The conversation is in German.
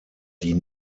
die